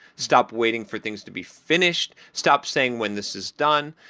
stop waiting for things to be finished. stop saying when this is done.